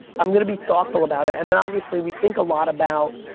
i'm gonna be thoughtful about it, and then obviously we think a lot about,